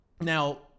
now